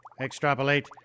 Extrapolate